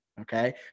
okay